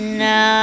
no